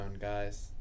guys